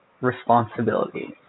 responsibility